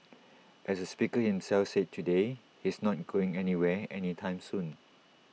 as the speaker himself said today he's not going anywhere any time soon